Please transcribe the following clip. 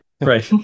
Right